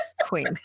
queen